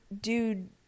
dude